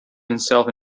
himself